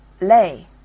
Lay